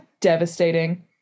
devastating